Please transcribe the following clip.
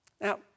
Now